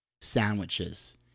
sandwiches